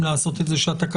הרעיון